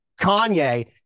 Kanye